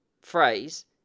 phrase